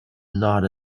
not